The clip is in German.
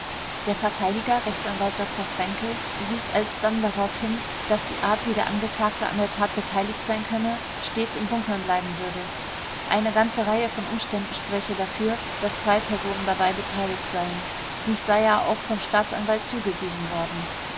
der verteidiger rechtsanwalt dr fränkel wies alsdann darauf hin daß die art wie der angeklagte an der tat beteiligt sein könne stets im dunkeln bleiben würde eine ganze reihe von umständen spräche dafür daß zwei personen dabei beteiligt seien dies sei ja auch vom staatsanwalt zugegeben worden